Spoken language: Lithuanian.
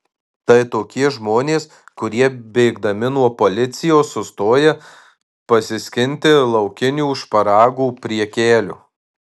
tai tokie žmonės kurie bėgdami nuo policijos sustoja pasiskinti laukinių šparagų prie kelio